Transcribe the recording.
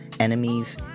enemies